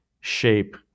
shape